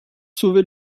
sauver